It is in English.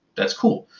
that's cool.